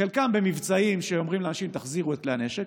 חלקם במבצעים שבהם אומרים לאנשים: תחזירו את כלי הנשק,